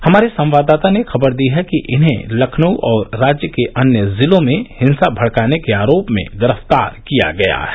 हमारे संवाददाता ने खबर दी है कि इन्हें लखनऊ और राज्य के अन्य जिलों में हिंसा भड़काने के आरोप में गिरफ्तार किया गया है